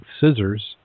scissors